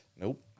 Nope